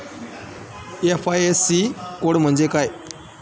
IFSC code म्हणजे काय?